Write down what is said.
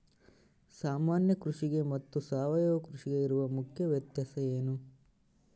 ಸಾಮಾನ್ಯ ಕೃಷಿಗೆ ಮತ್ತೆ ಸಾವಯವ ಕೃಷಿಗೆ ಇರುವ ಮುಖ್ಯ ವ್ಯತ್ಯಾಸ ಏನು?